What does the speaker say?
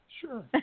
sure